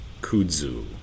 Kudzu